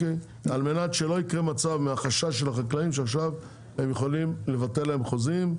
על מנת שלא יקרה מצב מהחשש של החקלאים שעכשיו הם יכולים לבטל להם חוזים,